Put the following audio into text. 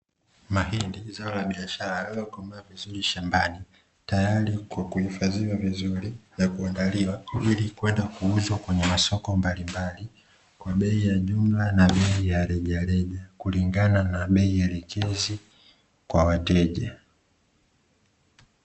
Mahindi zao la biashara lililokomaa vizuri shambani, tayari kwa kuhifadhiwa vizuri na kuandaliwa ili kwenda kuuza kwenye masoko mbalimbali, kwa bei ya jumla na bei ya rejareja , kulingana na bei elekezi kwa wateja.